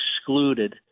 excluded